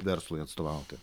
verslui atstovauti